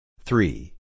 Three